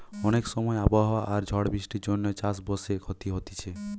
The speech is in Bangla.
অনেক সময় আবহাওয়া আর ঝড় বৃষ্টির জন্যে চাষ বাসে ক্ষতি হতিছে